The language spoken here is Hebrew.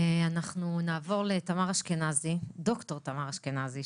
אנחנו נעבור לד"ר תמר אשכנזי,